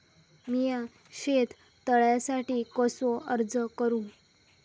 मीया शेत तळ्यासाठी कसो अर्ज करू?